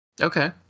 Okay